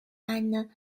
eine